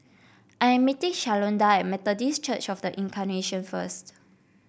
I am meeting Shalonda at Methodist Church Of The Incarnation first